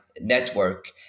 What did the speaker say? network